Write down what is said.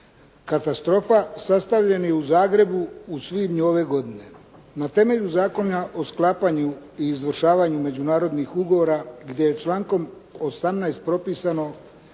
katastrofa sastavljen je u Zagrebu u svibnju ove godine. Na temelju Zakona o sklapanju i izvršavanju međunarodnih ugovora gdje je člankom 18. propisano